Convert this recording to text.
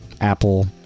Apple